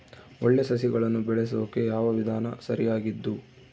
ಒಳ್ಳೆ ಸಸಿಗಳನ್ನು ಬೆಳೆಸೊಕೆ ಯಾವ ವಿಧಾನ ಸರಿಯಾಗಿದ್ದು?